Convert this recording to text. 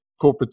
corporates